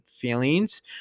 feelings